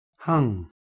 Hung